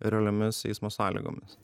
realiomis eismo sąlygomis